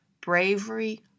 Bravery